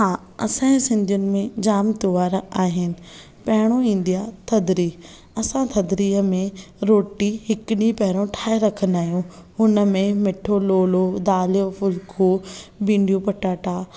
हा असांजे सिंधी में जाम त्योहार आहिनि पहिरों ईंदी आहे थधिड़ी असां थधिड़ीअ में रोटी हिकु ॾींहुं पहिरों ठाहे रखंदा आहियूं हुन में मिठो लोलो दाल जो फुल्को भिंडियूं पटाटा